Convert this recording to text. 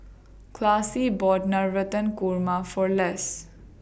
Classie bought Navratan Korma For Les